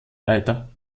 weiter